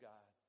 God